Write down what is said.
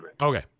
Okay